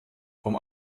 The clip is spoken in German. vom